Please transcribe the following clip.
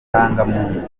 abatutsi